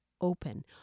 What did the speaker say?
open